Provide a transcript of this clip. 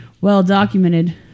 well-documented